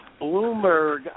Bloomberg